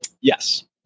Yes